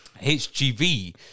HGV